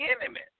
enemy